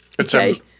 Okay